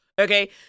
okay